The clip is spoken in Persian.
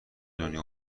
دنیا